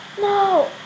No